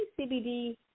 CBD